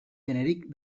genèric